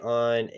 on